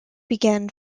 began